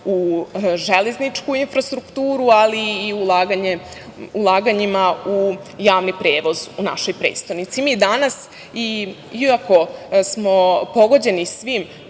u železničku infrastrukturu, ali i ulaganjima u javni prevoz u našoj prestonici. Mi danas, iako smo pogođeni svim